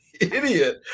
idiot